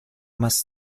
más